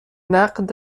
نقد